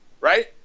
right